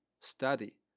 study